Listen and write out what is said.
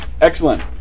Excellent